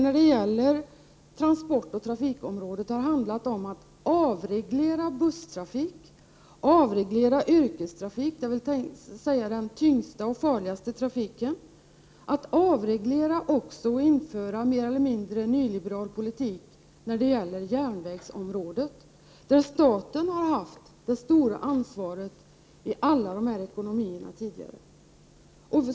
När det gäller transportoch trafikområdet har det handlat om att avreglera busstrafiken, att avreglera yrkestrafiken — den tyngsta och farligaste trafiken — och att avreglera och införa en mer eller mindre nyliberal politik på järnvägsområdet, där staten tidigare haft det stora ansvaret.